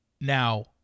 Now